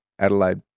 Adelaide